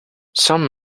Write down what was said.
some